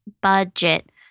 budget